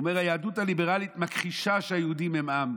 הוא אומר: "היהדות הליברלית מכחישה שהיהודים הם עם.